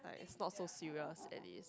it's not so serious that it is